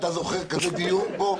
אתה זוכר כזה דיון פה?